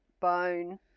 bone